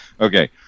Okay